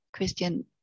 Christian